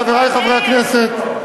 חברי חברי הכנסת,